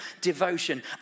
devotion